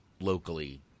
locally